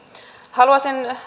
haluaisin